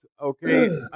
Okay